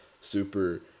super